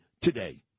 today